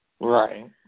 Right